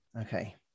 Okay